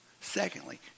Secondly